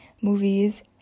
movies